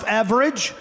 average